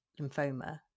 lymphoma